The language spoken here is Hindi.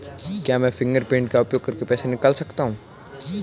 क्या मैं फ़िंगरप्रिंट का उपयोग करके पैसे निकाल सकता हूँ?